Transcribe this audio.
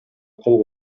кол